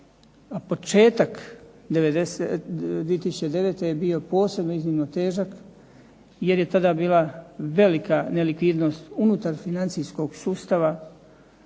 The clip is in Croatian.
Početak 2009. je bio posebno iznimno težak, jer je tada bila velika nelikvidnost unutar financijskog sustava